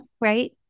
right